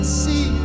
see